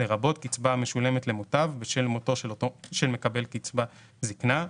לרבות קצבה המשולמת למוטב בשל מותו של מקבל קצבת זקנה".